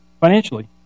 financially